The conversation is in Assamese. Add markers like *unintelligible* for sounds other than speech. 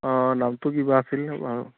অঁ দামটো কিবা আছিল *unintelligible*